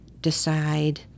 decide